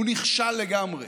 הוא נכשל לגמרי.